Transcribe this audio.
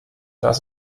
das